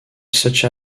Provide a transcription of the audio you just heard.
such